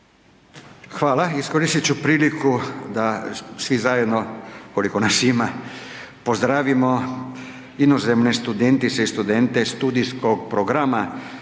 Hvala. Iskoristit ću priliku da svi zajedno, koliko nas ima, pozdravimo inozemne studentice i studente studijskog programa